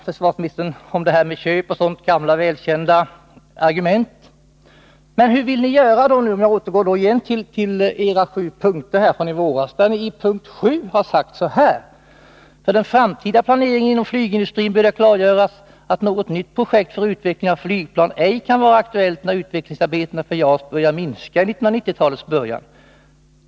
Försvarsministern talar här om köp från andra länder och upprepar gamla välkända argument. Men — för att återgå till era sju punkter från i våras — hur vill ni göra beträffande p. 7? Där sade ni: ”För den framtida planeringen inom flygindustrin bör det klargöras att något nytt projekt för utveckling av flygplan ej kan vara aktuellt när utvecklingsarbetena för JAS börjar minska i 1990-talets början.